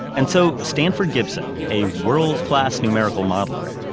and so, stanford gibson, a world-class numerical modeler,